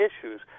issues